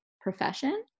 profession